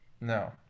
No